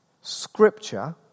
Scripture